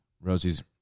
Rosie's